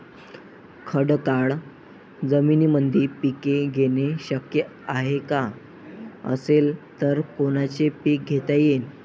खडकाळ जमीनीमंदी पिके घेणे शक्य हाये का? असेल तर कोनचे पीक घेता येईन?